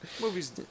Movie's